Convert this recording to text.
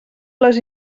les